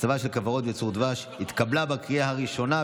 הצבה של כוורות וייצור דבש, התשפ"ג 2023,